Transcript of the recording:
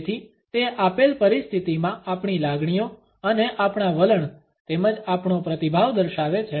તેથી તે આપેલ પરિસ્થિતિમાં આપણી લાગણીઓ અને આપણા વલણ તેમજ આપણો પ્રતિભાવ દર્શાવે છે